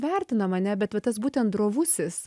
vertinam ane bet va tas būtent drovusis